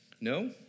No